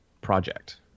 project